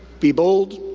be bold.